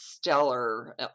Stellar